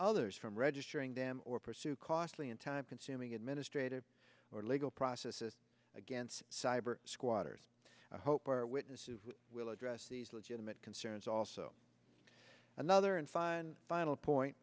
others from registering them or pursue costly and time consuming administrative or legal processes against cyber squatters hope our witnesses will address these legitimate concerns also another and find final point